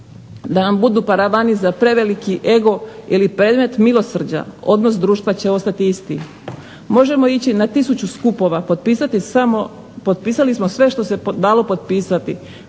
da nam budu paravani za preveliki ego ili predmet milosrđa odnos društva će ostati isti. Možemo ići na tisuću skupova, potpisali smo sve što se dalo potpisati,